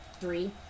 Three